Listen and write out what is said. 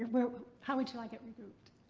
well, how would you like it regrouped?